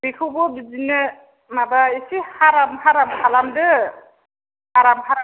बेखौबो बिदिनो माबा एसे हाराम हाराम खालामदो हाराम हाराम